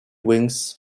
wings